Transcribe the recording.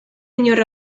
inor